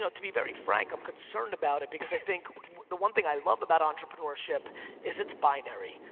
to be very frank, i'm concerned about it because i think the one thing i love about entrepreneurship is it's binary.